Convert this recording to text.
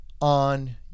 on